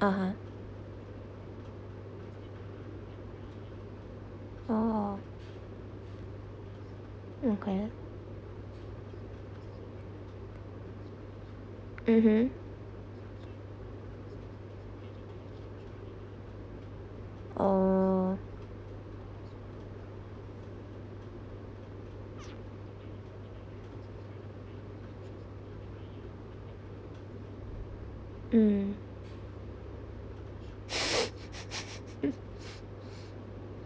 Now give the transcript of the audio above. (uh huh) oh okay mmhmm oh mm